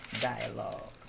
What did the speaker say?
dialogue